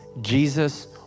Jesus